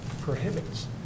prohibits